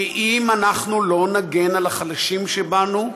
כי אם אנחנו לא נגן על החלשים שבנו,